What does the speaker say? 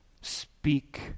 Speak